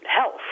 health